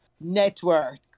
network